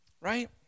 Right